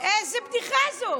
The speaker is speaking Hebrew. איזה בדיחה זאת?